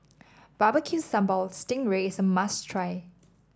Barbecue Sambal Sting Ray is a must try